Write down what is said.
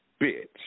bitch